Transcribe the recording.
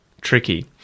Tricky